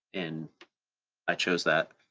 and i chose that.